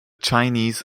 chinese